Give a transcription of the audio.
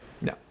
No